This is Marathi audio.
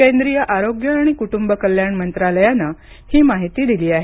केंद्रीय आरोग्य आणि कुटुंब कल्याण मंत्रालयानं ही माहिती दिली आहे